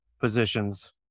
positions